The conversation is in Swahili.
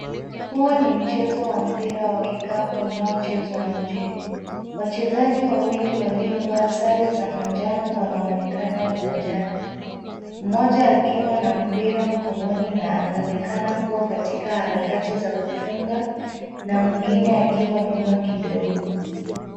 Huu ni mchezo wa mpira wa kikapu unaochezwa nje. Wachezaji wawili waliovaa sare za manjano wanaonekana uwanjani. Mmoja akiwa na mpira mkononi na anaonekana kuwa katika harakati za kufunga na mwingine akiwa nyuma kidogo.